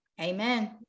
amen